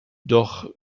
doch